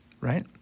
right